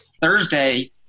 Thursday